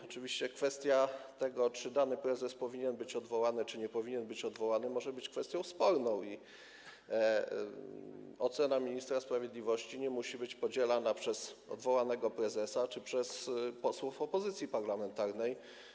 Oczywiście kwestia tego, czy dany prezes powinien być odwołany czy nie, może być kwestią sporną i ocena ministra sprawiedliwości nie musi być podzielana przez odwołanego prezesa czy przez posłów opozycji parlamentarnej.